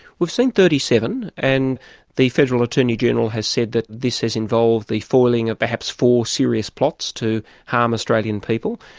we've seen thirty seven, and the federal attorney-general has said that this has involved the foiling of perhaps four serious plots to harm australian people.